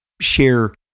share